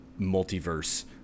multiverse